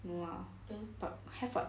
no lah but have [what]